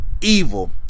evil